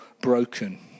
broken